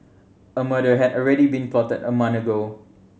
a murder had already been plotted a month ago